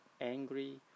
angry